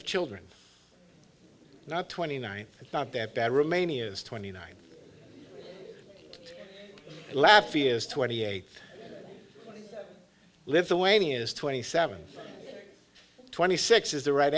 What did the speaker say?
of children not twenty nine it's not that bad romania's twenty nine laffey is twenty eight lithuanian is twenty seven twenty six is the right